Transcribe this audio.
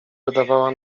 wydawała